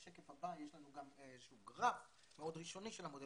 בשקף הבא יש לנו איזה שהוא גרף מאוד ראשוני של המודל